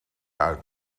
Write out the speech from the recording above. uit